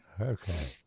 Okay